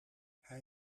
hij